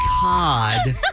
cod